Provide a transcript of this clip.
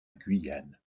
guyane